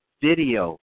video